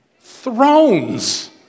Thrones